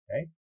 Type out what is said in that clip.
Right